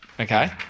Okay